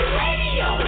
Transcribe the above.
radio